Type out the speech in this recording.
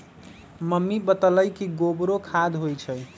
mummy बतअलई कि गोबरो खाद होई छई